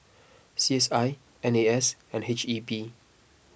C S I N A S and H E B